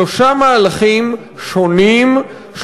שלושה מהלכים שונים,